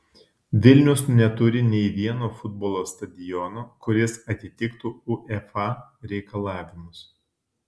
vilnius neturi nei vieno futbolo stadiono kuris atitiktų uefa reikalavimus